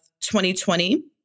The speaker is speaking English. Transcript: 2020